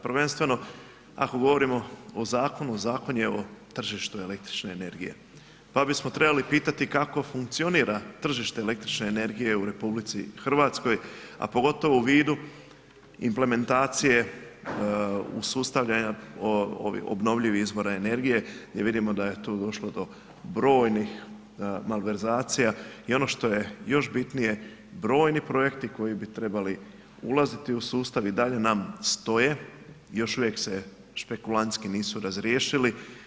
Prvenstveno, ako govorimo o zakonu, Zakon je o tržištu električne energije, pa bismo trebali pitati kako funkcionira tržište električne energije u RH, a pogotovo u vidu implementacije usustavljanja obnovljivih izvora energije gdje vidimo da je tu došlo do brojnih malverzacija i ono što je još bitnije, brojni projekti koji bi trebali ulaziti u sustav i dalje nam stoje, još uvije se špekulantski nisu razriješili.